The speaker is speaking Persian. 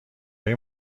های